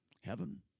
Heaven